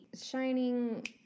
shining